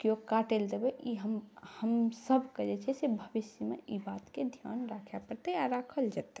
केओ काटैलए देबै ई हमसबके जे छै से भविष्यमे ई बातके धिआन राखऽ पड़तै आओर राखल जेतै